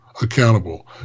accountable